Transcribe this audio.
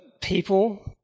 people